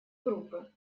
группы